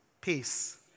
peace